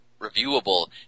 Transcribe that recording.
reviewable